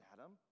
Adam